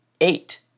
Eight